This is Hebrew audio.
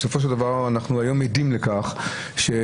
בסופו של דבר אנחנו היום עדים לכך שהבחירות